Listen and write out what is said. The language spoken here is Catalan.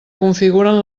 configuren